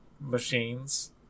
machines